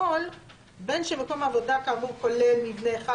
צריך להגיד: הכול בין שמקום עבודה כאמור כולל מבנה אחד